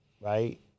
Right